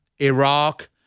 Iraq